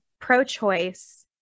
pro-choice